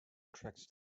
attracts